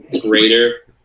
greater